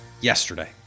yesterday